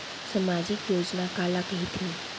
सामाजिक योजना काला कहिथे?